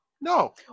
No